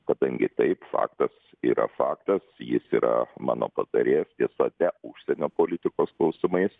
kadangi taip faktas yra faktas jis yra mano patarėjas tiesa ne užsienio politikos klausimais